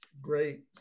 great